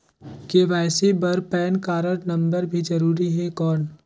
KYC बर PAN card number भी जरूरी हे कौन?